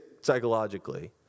psychologically